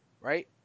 right